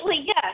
yes